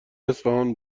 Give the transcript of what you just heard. اصفهان